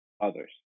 others